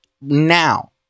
now